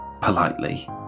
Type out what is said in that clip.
politely